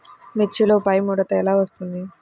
మిర్చిలో పైముడత ఎలా వస్తుంది?